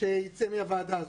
שייצא מן הוועדה הזאת.